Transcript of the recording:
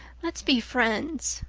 let's be friends.